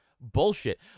bullshit